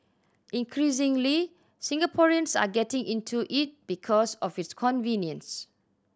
increasingly Singaporeans are getting into it because of its convenience